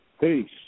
Peace